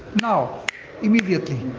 now immediately.